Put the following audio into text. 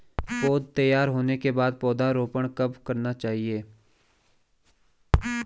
पौध तैयार होने के बाद पौधा रोपण कब करना चाहिए?